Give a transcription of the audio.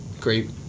great